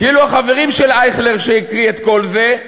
כאילו החברים של אייכלר, שהקריא את כל זה,